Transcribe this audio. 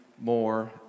more